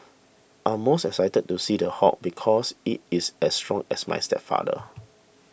I'm most excited to see The Hulk because it is as strong as my stepfather